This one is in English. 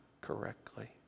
correctly